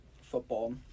football